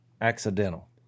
accidental